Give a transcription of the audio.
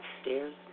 upstairs